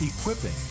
Equipping